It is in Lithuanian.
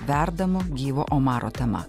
verdamo gyvo omaro tema